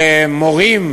ומורים